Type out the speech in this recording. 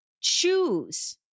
choose